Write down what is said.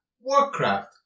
Warcraft